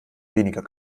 weniger